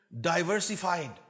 diversified